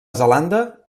zelanda